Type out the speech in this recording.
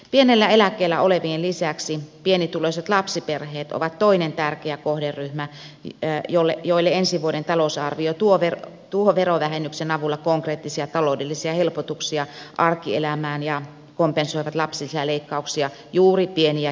pienellä eläkkeellä olevien lisäksi pienituloiset lapsiperheet ovat toinen tärkeä kohderyhmä jolle ensi vuoden talousarvio tuo verovähennyksen avulla konkreettisia taloudellisia helpotuksia arkielämään ja kompensoi lapsilisäleikkauksia juuri pieni ja keskituloisille